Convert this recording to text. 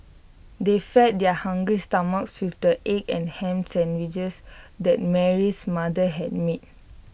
they fed their hungry stomachs with the egg and Ham Sandwiches that Mary's mother had made